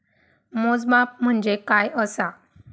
मोजमाप म्हणजे काय असा?